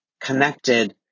connected